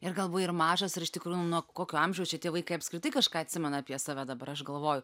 ir gal buvai ir mažas ir iš tikrųjų nuo kokio amžiaus čia tie vaikai apskritai kažką atsimena apie save dabar aš galvoju